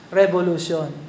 revolution